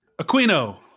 Aquino